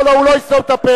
לא, לא, הוא לא יסתום את הפה.